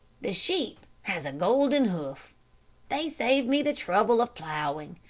the sheep has a golden hoof they save me the trouble of ploughing.